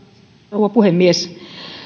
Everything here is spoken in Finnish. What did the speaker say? rouva puhemies